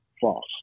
false